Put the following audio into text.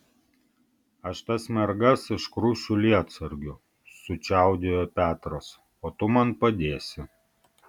aš tas mergas iškrušiu lietsargiu sučiaudėjo petras o tu man padėsi